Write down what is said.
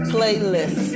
Playlist